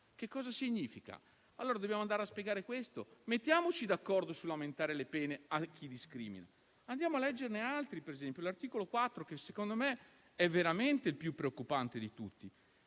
Cosa significa? Dobbiamo spiegarlo. Mettiamoci d'accordo sull'aumentare le pene a chi discrimina. Andiamo a leggere ad esempio l'articolo 4, che secondo me è veramente il più preoccupante di tutti.